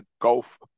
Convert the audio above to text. golf